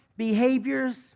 behaviors